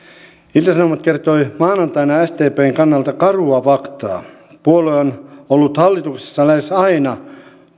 ilta sanomat kertoi maanantaina sdpn kannalta karua faktaa puolue on ollut hallituksessa lähes aina